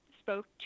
spoke